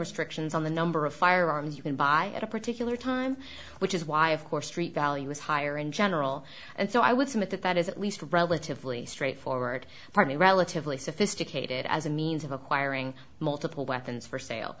restrictions on the number of firearms you can buy at a particular time which is why of course street value is higher in general and so i would submit that that is at least relatively straightforward partly relatively sophisticated as a means of acquiring multiple weapons for sale